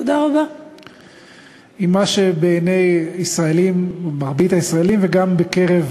אני חושבת שאומנם יש עוד דברים שצריך לשפר בחוק